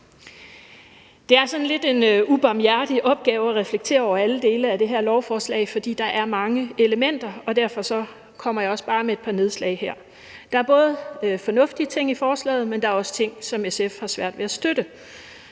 Det er sådan lidt en ubarmhjertig opgave at reflektere over alle dele af det her lovforslag, for der er mange elementer, og derfor kommer jeg også bare med et par nedslag her. Der er både fornuftige ting i forslaget, men også ting, som SF har svært ved at støtte.